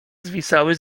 zwisały